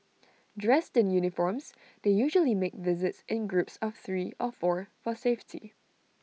dressed in uniforms they usually make visits in groups of three of four for safety